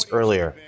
earlier